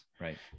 Right